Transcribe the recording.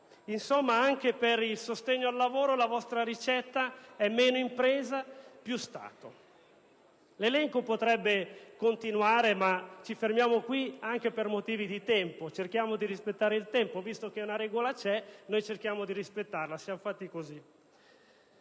insomma, anche per il sostegno al lavoro, la vostra ricetta è meno impresa e più Stato. L'elenco potrebbe continuare, ma ci fermiamo qui, anche per motivi di tempo, che cerchiamo di osservare: visto che la regola c'è, cerchiamo di rispettarla; siamo fatti così.